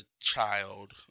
child